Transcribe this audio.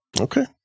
Okay